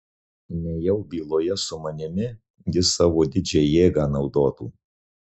nejau byloje su manimi jis savo didžią jėgą naudotų